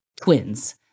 twins